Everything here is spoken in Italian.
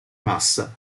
massa